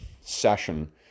session